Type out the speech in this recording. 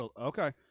Okay